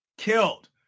killed